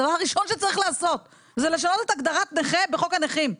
הדבר הראשון שצריך לעשות זה לשנות את הגדרת נכה בחוק הנכים.